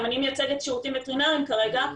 אני מייצגת את השירותים הווטרינרים כרגע.